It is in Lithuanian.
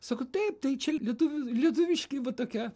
sako taip tai čia lietuvių lietuviški va tokia